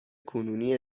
کنونی